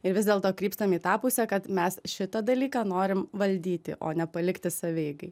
ir vis dėlto krypstam į tą pusę kad mes šitą dalyką norim valdyti o ne palikti savieigai